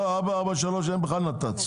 לא, ב-443 אין בכלל נת"צ.